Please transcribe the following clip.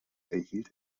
erhielt